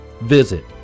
Visit